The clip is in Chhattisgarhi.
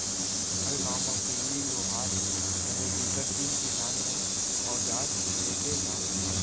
हर गॉंव म पहिली लोहार रहयँ जेकर तीन किसान मन अवजार लेके जावयँ